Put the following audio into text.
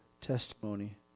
testimony